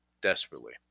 desperately